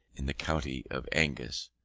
in the county of angus,